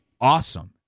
awesome